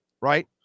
right